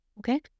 Okay